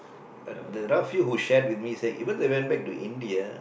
but the rough few who shared with me even when they went back to India